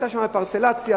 היתה פרצלציה,